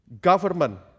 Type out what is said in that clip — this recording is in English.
government